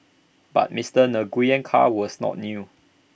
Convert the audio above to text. but Mister Nguyen's car was not new